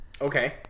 Okay